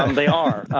they are.